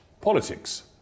politics